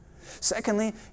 Secondly